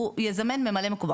הוא יזמן ממלא מקומו,